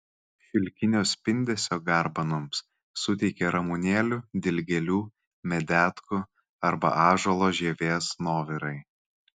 šilkinio spindesio garbanoms suteikia ramunėlių dilgėlių medetkų arba ąžuolo žievės nuovirai